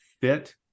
fit